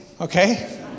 okay